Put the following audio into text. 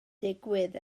digwydd